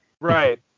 Right